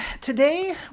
today